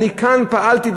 אני כאן פעלתי,